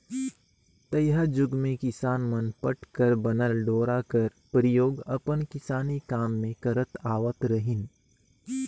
तइहा जुग मे किसान मन पट कर बनल डोरा कर परियोग अपन किसानी काम मे करत आवत रहिन